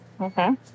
Okay